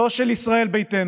לא רק של ישראל ביתנו,